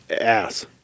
ass